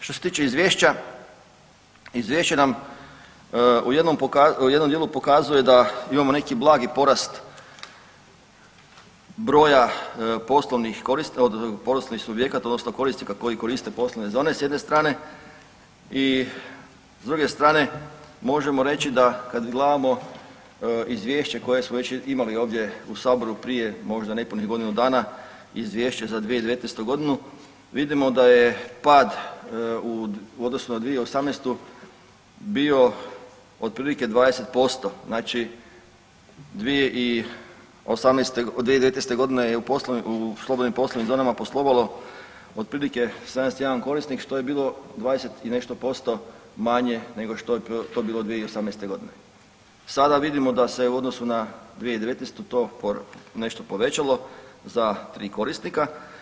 Što se tiče izvješća, izvješće nam u jednom dijelu pokazuje da imamo neki blagi porast broja poslovnih subjekata odnosno korisnika koji koriste poslovne zone s jedne strane i s druge strane možemo reći da kad gledamo izvješće koje smo već imali ovdje u saboru prije možda nepunih godinu dana izvješće za 2019.g. vidimo da je pad u odnosu na 2018. bio otprilike 20%, znači 2019.g. je u slobodnim i poslovnim zonama poslovalo otprilike 71 korisnik, što je bilo 20 i nešto posto manje nego što je to bilo 2018.g., sada vidimo da se u odnosu na 2019. to nešto povećalo za 3 korisnika.